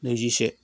नैजिसे